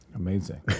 Amazing